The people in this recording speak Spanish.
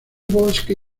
bosque